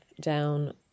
down